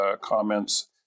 comments